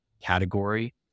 category